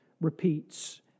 repeats